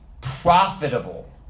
profitable